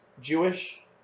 Jewish